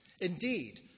Indeed